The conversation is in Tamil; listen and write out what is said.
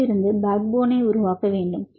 அதிலிருந்து பேக் போனை உருவாக்க வேண்டும்